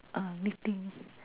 ah knitting